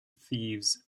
thieves